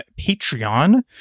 Patreon